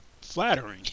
flattering